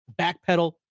backpedal